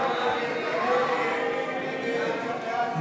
הודעת הממשלה על העברת